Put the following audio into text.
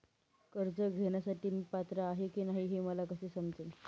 कर्ज घेण्यासाठी मी पात्र आहे की नाही हे मला कसे समजेल?